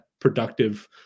productive